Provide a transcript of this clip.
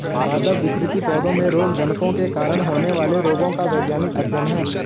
पादप विकृति पौधों में रोगजनकों के कारण होने वाले रोगों का वैज्ञानिक अध्ययन है